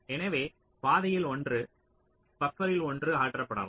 எனவே பாதையில் ஒன்று பப்பரில் ஒன்று அகற்றப்படலாம்